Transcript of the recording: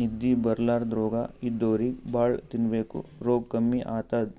ನಿದ್ದಿ ಬರ್ಲಾದ್ ರೋಗ್ ಇದ್ದೋರಿಗ್ ಭಾಳ್ ತಿನ್ಬೇಕ್ ರೋಗ್ ಕಮ್ಮಿ ಆತದ್